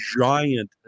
giant